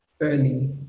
early